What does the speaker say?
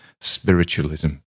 spiritualism